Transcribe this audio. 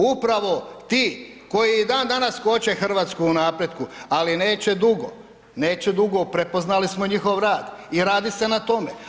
Upravo ti koji i dan danas koče Hrvatsku u napretku, ali neće dugo, neće dugo prepoznali smo njihov rad i radi se na tome.